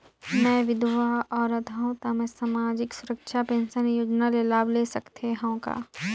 मैं विधवा औरत हवं त मै समाजिक सुरक्षा पेंशन योजना ले लाभ ले सकथे हव का?